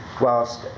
whilst